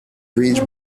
bridge